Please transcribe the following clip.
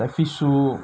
fish soup